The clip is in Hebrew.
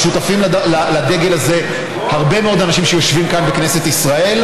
אבל שותפים לדגל הזה הרבה מאוד אנשים שיושבים כאן בכנסת ישראל,